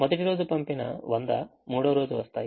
మొదటి రోజు పంపిన 100 మూడవ రోజు వస్తాయి